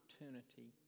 opportunity